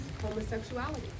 homosexuality